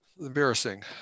Embarrassing